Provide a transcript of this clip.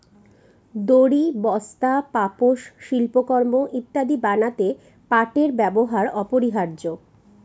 দড়ি, বস্তা, পাপোষ, শিল্পকর্ম ইত্যাদি বানাতে পাটের ব্যবহার অপরিহার্য